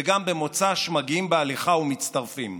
וגם במוצ"ש מגיעים בהליכה ומצטרפים.